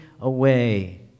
away